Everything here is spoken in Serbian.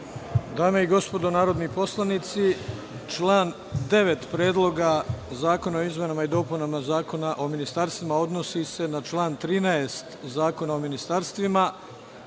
Dame i gospodo narodni poslanici, član 9. Predloga zakona o izmenama dopunama Zakona o ministarstvima, odnosi se na član 13. Zakona o ministarstvima.